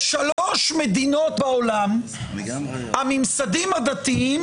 בשלוש מדינות בעולם הממסדים הדתיים